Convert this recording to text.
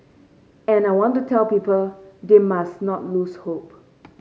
and I want to tell people they must not lose hope